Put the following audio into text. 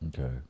Okay